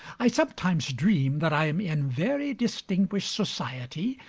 i sometimes dream that i am in very distinguished society,